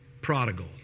prodigal